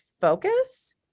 focus